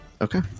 Okay